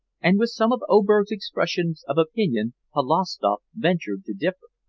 and with some of oberg's expressions of opinion polovstoff ventured to differ.